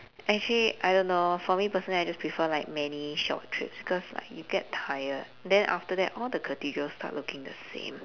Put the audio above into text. actually I don't know for me personally I just prefer like many short trips cause like you get tired then after that all the cathedrals start looking the same